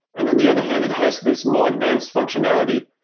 and on the other hand, it has this more advanced functionality,